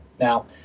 Now